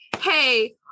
hey